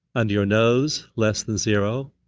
under your nose, less than zero.